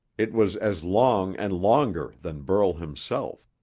it was as long and longer than burl himself.